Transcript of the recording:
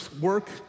work